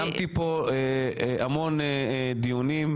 קיימתי פה המון דיונים,